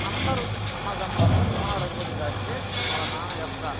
అందరూ అన్నదమ్ములల్లో కోనా రఘుపతి గారికే వాళ్ళ నాన్న యొక్క